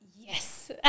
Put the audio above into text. Yes